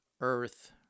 earth